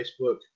Facebook